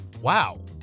wow